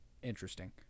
interesting